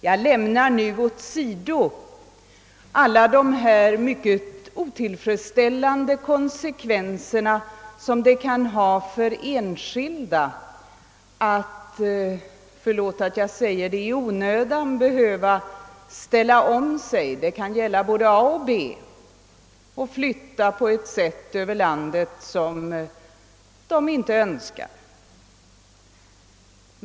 Jag lämnar nu åsido alla de mycket otillfredsställande konsekvenser det kan ha för enskilda att — förlåt att jag säger det — i onödan behöva ställa om sig och flytta över landet på ett sätt som de inte önskar.